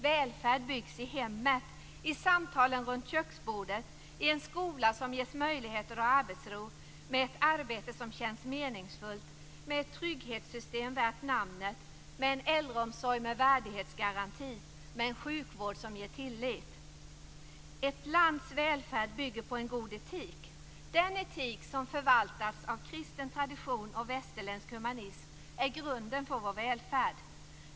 Välfärd byggs i hemmet i samtalen runt köksbordet, i en skola som ges möjligheter och arbetsro, med ett arbete som känns meningsfullt, med ett trygghetssystem värt namnet, med en äldreomsorg med värdighetsgaranti och med en sjukvård som ger tillit. Ett lands välfärd bygger på en god etik. Den etik som förvaltats av kristen tradition och västerländsk humanism är grunden för vår välfärd.